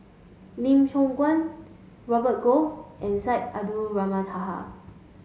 Lim Siong Guan Robert Goh and Syed Taha